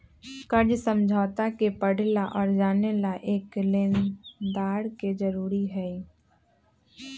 कर्ज समझौता के पढ़े ला और जाने ला एक लेनदार के जरूरी हई